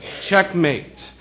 Checkmate